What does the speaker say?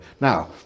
Now